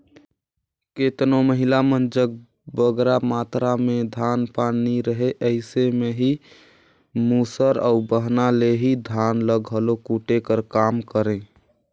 केतनो महिला मन जग बगरा मातरा में धान पान नी रहें अइसे में एही मूसर अउ बहना ले ही धान ल घलो कूटे कर काम करें